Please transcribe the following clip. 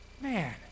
Man